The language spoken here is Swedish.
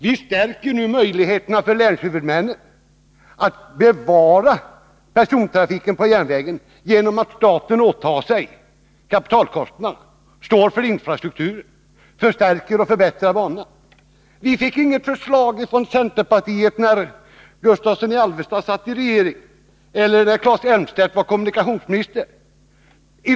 Vi stärker nu möjligheterna för länshuvudmännen att bevara persontrafiken på järnvägen genom att staten åtar sig kapitalkostnaderna samt står för infrastrukturen och för kostnaderna för att förstärka och förbättra banorna. Vi fick inget förslag i den här riktningen från centerpartiet när herr Gustavsson från Alvesta satt i regeringen och när Claes Elmstedt var kommunikationsminister.